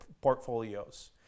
portfolios